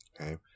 okay